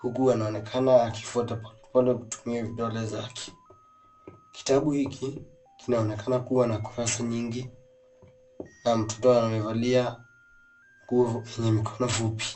huku akionekana kufuata polepole kutumia vidole zake. Kitabu hili kinaonekana kuwa na kurasa nyingi na mtoto amevalia nguo yenye mikono fupi.